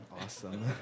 Awesome